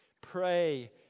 Pray